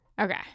Okay